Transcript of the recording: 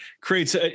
creates